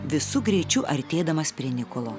visu greičiu artėdamas prie nikolo